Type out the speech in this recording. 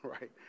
Right